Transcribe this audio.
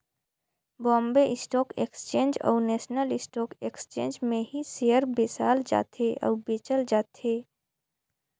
Bombay stock exchange अउ national stock exchange में ही सेयर बेसाल जाथे अउ बेंचल जाथे